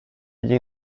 gli